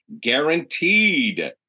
Guaranteed